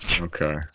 Okay